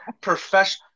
professional